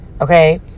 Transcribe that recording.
Okay